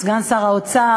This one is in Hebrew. סגן שר האוצר,